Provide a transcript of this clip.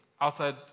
outside